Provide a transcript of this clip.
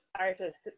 artist